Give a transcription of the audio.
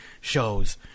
shows